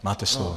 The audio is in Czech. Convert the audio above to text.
Máte slovo.